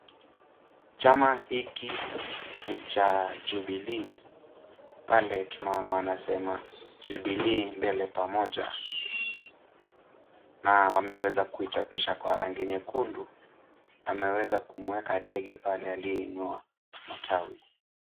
Chama hiki ni cha Jubilee, pale tunaona wanasema Jubilee mbele pamoja na wameweza kuichapisha kwa rangi nyekundu na wameweza kumueka dege pale aliyeinua matawi.